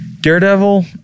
Daredevil